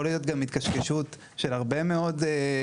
יכולה להיות התקשקשות של הרבה מאוד דברים,